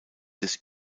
des